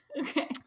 Okay